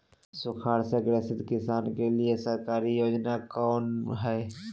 सुखाड़ से ग्रसित किसान के लिए सरकारी योजना कौन हय?